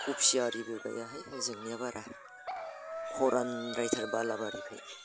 खबि आरिबो गायाहाय ओजोंनिया बारा खारन्द्रायथार बालाबारिखाय